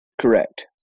Correct